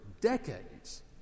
decades